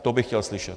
To bych chtěl slyšet.